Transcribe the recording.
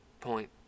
point